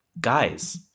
guys